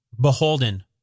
beholden